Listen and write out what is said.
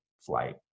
flight